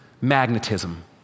Magnetism